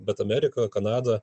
bet amerika kanada